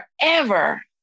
forever